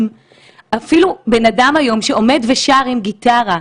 היום יום שני ו' באב התש"ף,